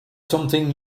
something